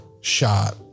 shot